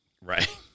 right